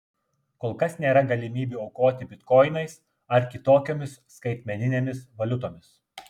kol kas nėra galimybių aukoti bitkoinais ar kitokiomis skaitmeninėmis valiutomis